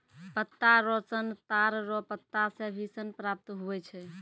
पत्ता रो सन ताड़ रो पत्ता से भी सन प्राप्त हुवै छै